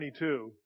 22